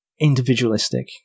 individualistic